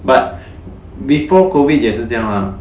but before COVID 也是这样 lah